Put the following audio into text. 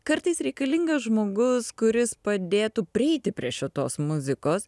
kartais reikalingas žmogus kuris padėtų prieiti prie šitos muzikos